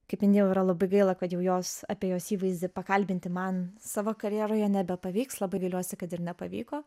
kaip minėjau yra labai gaila kad jau jos apie jos įvaizdį pakalbinti man savo karjeroje nebepavyks labai gailiuosi kad ir nepavyko